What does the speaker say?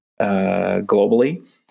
globally